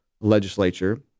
legislature